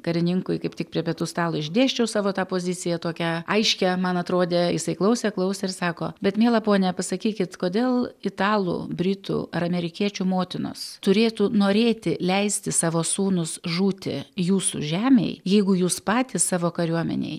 karininkui kaip tik prie pietų stalo išdėsčiau savo tą poziciją tokią aiškią man atrodė jisai klausė klausė ir sako bet miela ponia pasakykit kodėl italų britų ar amerikiečių motinos turėtų norėti leisti savo sūnus žūti jūsų žemėj jeigu jūs patys savo kariuomenei